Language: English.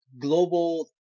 global